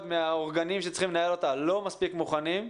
מהאורגנים שצריכים לנהל אותה לא מספיק מוכנים.